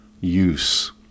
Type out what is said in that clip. use